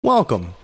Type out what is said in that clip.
Welcome